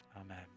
Amen